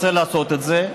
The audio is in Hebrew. רוצה לעשות את זה,